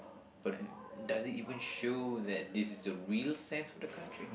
but does it even show that this is the real sense of the country